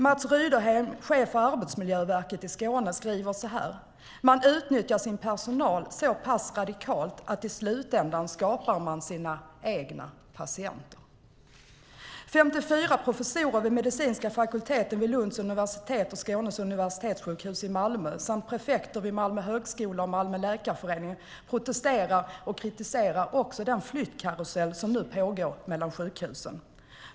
Mats Ryderheim, chef för Arbetsmiljöverket i Skåne, säger så här: "Man utnyttjar sin personal så pass radikalt att i slutändan skapar man sina egna patienter." 54 professorer vid medicinska fakulteten vid Lunds universitet och Skånes universitetssjukhus i Malmö samt prefekter vid Malmö högskola och Malmö läkarförening kritiserar och protesterar mot den flyttkarusell som nu pågår mellan sjukhusen.